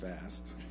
fast